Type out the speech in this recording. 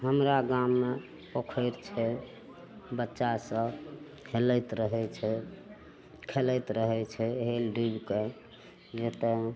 हमरा गाममे पोखरि छै बच्चा सब हेलैत रहय छै खेलैत रहय छै एहन डुबिके जेतऽ